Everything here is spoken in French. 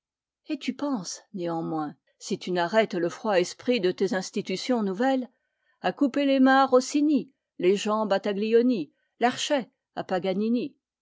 et tu penses néanmoins si tu n'arrêtes le froid esprit de tes institutions nouvelles à couper les mains à rossini les jambes à taglioni l'archet à